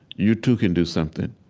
you, too, can do something.